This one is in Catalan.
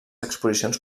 exposicions